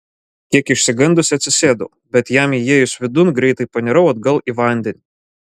kiek išsigandusi atsisėdau bet jam įėjus vidun greitai panirau atgal į vandenį